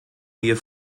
wir